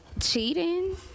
Cheating